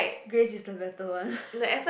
Grace is the better one